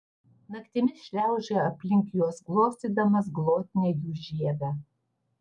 naktimis šliaužiojo aplink juos glostydamas glotnią jų žievę